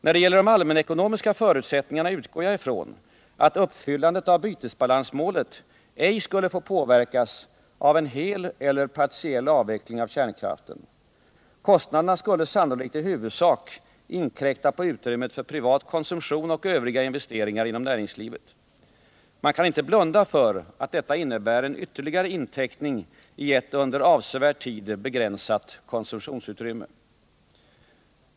När det gäller de allmänekonomiska förutsättningarna utgår jag från att uppfyllandet av bytesbalansmålet ej skulle få påverkas av en hel eller partiell avveckling av kärnkraften. Kostnaderna skulle sannolikt i huvudsak inkräkta på utrymmet för privat konsumtion och övriga investeringar inom näringslivet. Man kan inte blunda för att detta innebär en ytterligare inteckning i ett under avsevärd tid begränsat konsumtionsutrymme.